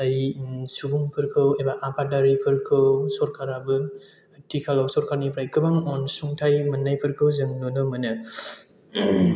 खाय सुबुंफोरखौ एबा आबादारिफोरखौ सरकाराबो आथिखालाव सरकारनिफ्राय गोबां अनसुंथाय मोननायफोरखौ जों नुनो मोनो